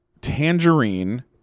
Tangerine